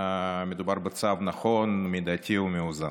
מדובר בצו נכון, מידתי ומאוזן.